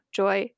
joy